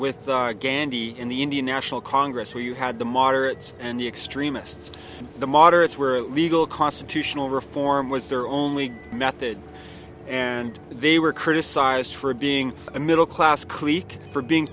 with gandhi and the indian national congress where you had the moderates and the extremists the moderates were legal constitutional reform was their only method and they were criticized for being a middle class clique for being